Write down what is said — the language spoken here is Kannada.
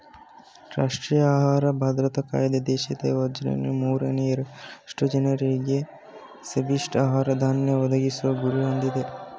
ರಾಷ್ಟ್ರೀಯ ಆಹಾರ ಭದ್ರತಾ ಕಾಯ್ದೆ ದೇಶದ ಜನ್ರಲ್ಲಿ ಮೂರನೇ ಎರಡರಷ್ಟು ಜನರಿಗೆ ಸಬ್ಸಿಡಿ ಆಹಾರ ಧಾನ್ಯ ಒದಗಿಸೊ ಗುರಿ ಹೊಂದಯ್ತೆ